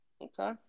Okay